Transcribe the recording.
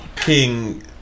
King